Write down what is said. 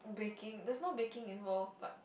baking there's no baking involved but